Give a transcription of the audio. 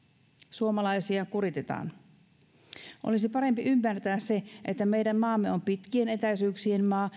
suomalaisia kuritetaan olisi parempi ymmärtää se että meidän maamme on pitkien etäisyyksien maa